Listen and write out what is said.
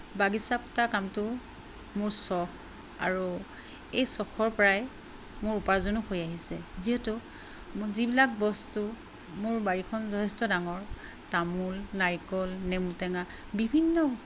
বাগিচা পতা কামটো মোৰ চখ আৰু এই চখৰ পৰাই মোৰ উপাৰ্জনো হৈ আহিছে যিহেতু যিবিলাক বস্তু মোৰ বাৰীখন যথেষ্ট ডাঙৰ তামোল নাৰিকল নেমু টেঙা বিভিন্ন